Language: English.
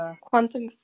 quantum